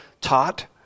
taught